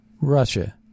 Russia